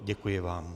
Děkuji vám.